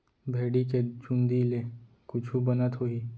भेड़ी के चूंदी ले कुछु बनत होही?